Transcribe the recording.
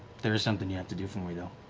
there is something you have to do for me, though.